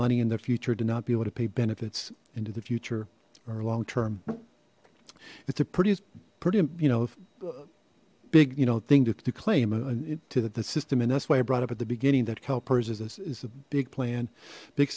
money in the future to not be able to pay benefits into the future or a long term it's a pretty pretty you know big you know thing to claim to that the system and that's why i brought up at the beginning that calpers is this is a big plan big